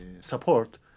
support